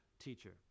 teacher